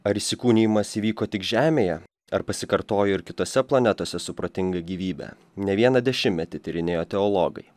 ar įsikūnijimas įvyko tik žemėje ar pasikartojo ir kitose planetose su protinga gyvybe ne vieną dešimtmetį tyrinėjo teologai